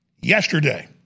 yesterday